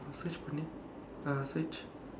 search I will search